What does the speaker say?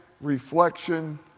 reflection